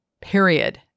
period